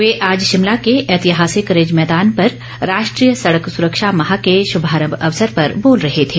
वे आज शिमला के ऐतिहासिक रिज मैदान पर राष्ट्रीय सड़क सुरक्षा माह के शुभारम्भ अवसर पर बोल रहे थे